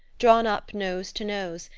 drawn up nose to nose,